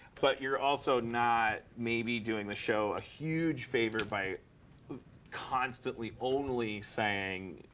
but you're also not, maybe, doing the show a huge favor by constantly only saying,